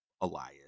Elias